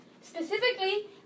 Specifically